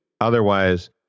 Otherwise